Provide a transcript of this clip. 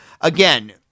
again